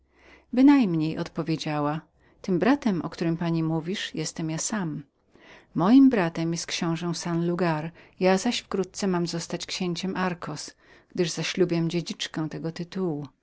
bynajmniej odpowiedziała tym bratem o którym pani mówisz jestem ja sam ale posłuchaj mnie z uwagą mam drugiego brata nazwiskiem książe san lugar ja zaś wkrótce mam zostać księciem darcos gdyż zaślubiam dziedziczkę tego tytułu